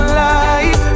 life